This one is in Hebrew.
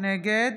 נגד